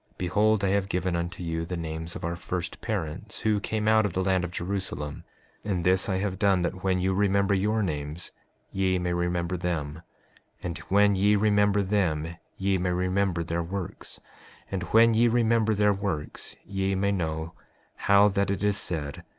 behold, i have given unto you the names of our first parents who came out of the land of jerusalem and this i have done that when you remember your names ye may remember them and when ye remember them ye may remember their works and when ye remember their works ye may know how that it is said,